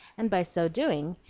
and by so doing,